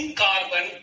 carbon